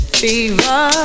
fever